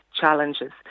challenges